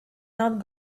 not